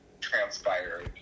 transpired